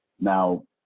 Now